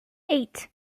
eight